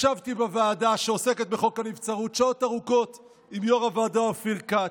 ישבתי בוועדה שעוסקת בחוק הנבצרות שעות ארוכות עם יו"ר הוועדה אופיר כץ.